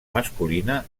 masculina